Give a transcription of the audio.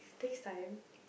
takes time